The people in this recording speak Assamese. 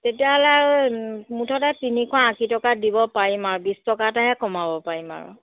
তেতিয়াহ'লে মুঠতে তিনিশ আশী টকাত দিব পাৰিম আৰু বিশ টকা এটাহে কমাব পাৰিম আৰু